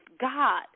god